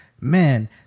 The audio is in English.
man